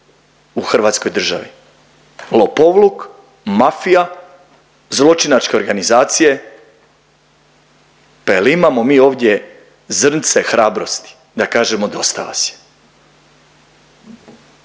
u Hrvatskoj državi – lopovluk, mafija, zločinačke organizacije. Pa jel' imamo mi ovdje zrnce hrabrosti da kažemo dosta vas